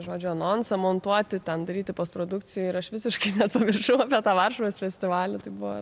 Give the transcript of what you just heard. žodžio anonsą montuoti ten daryti postprodukcija ir aš visiškai nepamiršau apie tą varšuvos festivalį tai buvo